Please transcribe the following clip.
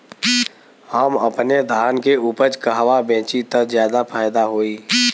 हम अपने धान के उपज कहवा बेंचि त ज्यादा फैदा होई?